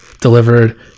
delivered